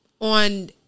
on